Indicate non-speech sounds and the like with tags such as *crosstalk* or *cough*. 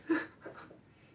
*laughs*